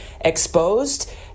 exposed